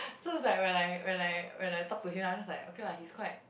so it's like when I when I when I talk to him lah then was like okay lah he's quite